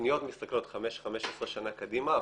התוכניות מסתכלות על 15-5 שנים קדימה.